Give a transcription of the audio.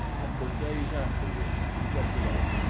and for days afterward we kept it up.